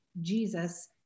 jesus